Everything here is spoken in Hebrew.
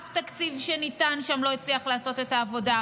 אף תקציב שניתן שם לא הצליח לעשות את העבודה,